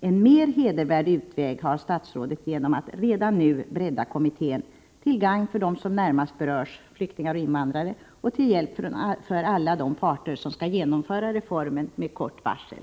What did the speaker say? En mer hedervärd utväg har statsrådet genom att redan nu bredda kommittén, till gagn för dem som närmast berörs — flyktingar och invandrare — och till hjälp för alla de parter som skall genomföra reformen med kort varsel.